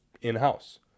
in-house